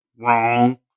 Wrong